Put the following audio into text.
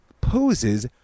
poses